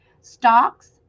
stocks